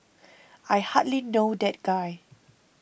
I hardly know that guy